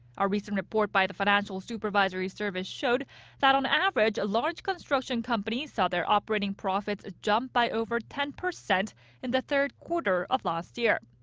a recent report by financial supervisory service showed that, on average, large construction companies saw their operating profits jump by over ten percent in the third quarter of last year.